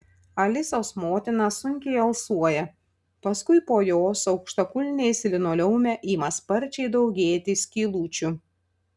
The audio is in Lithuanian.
alisos motina sunkiai alsuoja paskui po jos aukštakulniais linoleume ima sparčiai daugėti skylučių